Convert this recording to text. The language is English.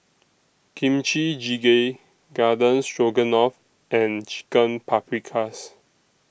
Kimchi Jjigae Garden Stroganoff and Chicken Paprikas